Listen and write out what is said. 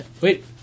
Wait